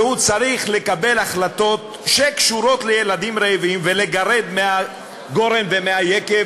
והוא צריך לקבל החלטות שקשורות לילדים רעבים ולגרד מהגורן ומהיקב,